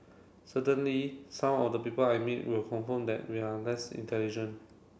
certainly some of the people I meet will confirm that we are less intelligent